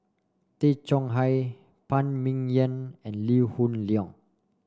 Tay Chong Hai Phan Ming Yen and Lee Hoon Leong